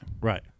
Right